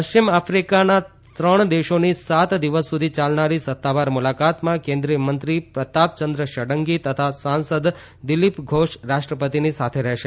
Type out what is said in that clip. પશ્ચિમ આફિકાના ત્રણ દેશોની સાત દિવસ સુધી યાલનારી સત્તાવાર મુલાકાતમાં કેન્દ્રિયમંત્રી પ્રતાપયંદ્ર ષડંગી તથા સાંસદ દિલીપ ઘોષ રાષ્ટ્રપતિની સાથે રહેશે